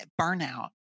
burnout